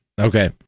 Okay